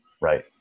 right